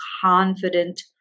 confident